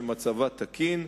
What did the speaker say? שמצבה תקין,